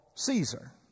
Caesar